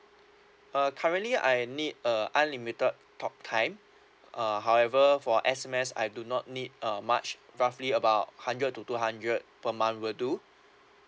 uh currently I need a unlimited talk time uh however for S_M_S I do not need uh much roughly about hundred to two hundred per month will do